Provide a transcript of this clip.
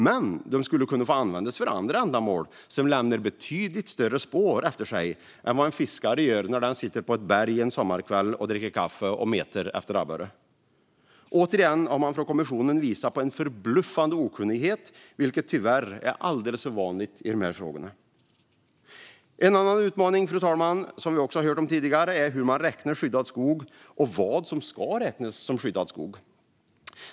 Men de skulle få användas för andra ändamål som lämnar betydligt större spår efter sig än vad en fiskare gör när den sitter på ett berg en sommarkväll och dricker kaffe och metar abborre. Återigen har man från kommissionens sida visat en förbluffande okunnighet, vilket tyvärr är alldeles för vanligt i dessa frågor. En annan utmaning som vi också hört om tidigare, fru talman, är hur man räknar skyddad skog och vad som ska räknas som skyddad skog.